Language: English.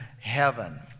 heaven